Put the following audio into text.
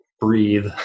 breathe